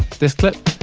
this clip.